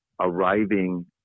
arriving